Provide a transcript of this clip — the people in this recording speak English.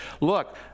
look